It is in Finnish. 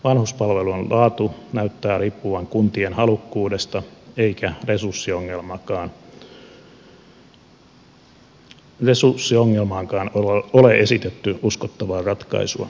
vanhuspalvelujen laatu näyttää riippuvan kuntien halukkuudesta eikä resurssiongelmaankaan ole esitetty uskottavaa ratkaisua